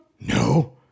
No